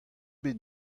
bet